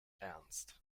ernst